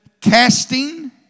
casting